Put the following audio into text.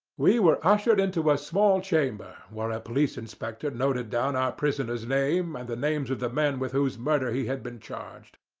we were ushered into a small chamber where a police inspector noted down our prisoner's name and the names of the men with whose murder he had been charged.